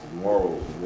morals